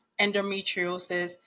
endometriosis